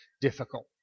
difficult